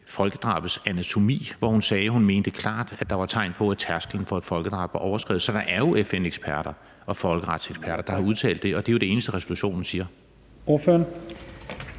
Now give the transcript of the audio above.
folkedrabets anatomi, hvor hun sagde, at hun klart mente, at der var tegn på, at tærsklen for et folkedrab var overskredet. Så der er FN-eksperter og folkeretseksperter, der har udtalt det, og det er jo det eneste, resolutionen siger. Kl.